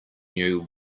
knew